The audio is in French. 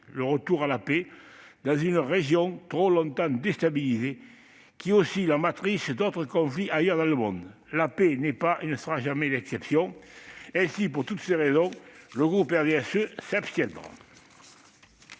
le retour à la paix dans une région trop longtemps déstabilisée, qui est aussi la matrice d'autres conflits ailleurs dans le monde. La paix n'est pas et ne sera jamais l'exception ! Pour toutes ces raisons, le groupe du RDSE s'abstiendra.